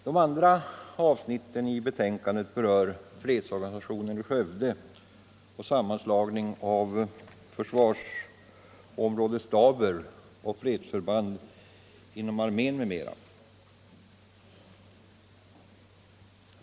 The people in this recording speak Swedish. De andra avsnitten i betänkandet berör fredsorganisationen i Skövde och sammanslagning av försvarsområdesstaber och fredsförband inom armén m.m.